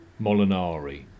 Molinari